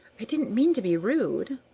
i didn't mean to be rude.